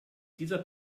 dieser